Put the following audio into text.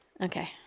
Okay